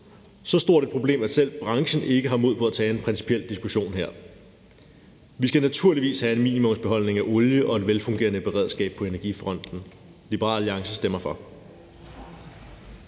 Så stort er problemet, at selv branchen ikke har mod på at tage en principiel diskussion her. Vi skal naturligvis have en minimumsbeholdning af olie og et velfungerende beredskab på energifronten. Liberal Alliance stemmer for.